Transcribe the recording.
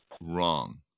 wrong